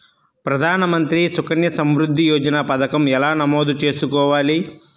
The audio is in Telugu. ప్రధాన మంత్రి సుకన్య సంవృద్ధి యోజన పథకం ఎలా నమోదు చేసుకోవాలీ?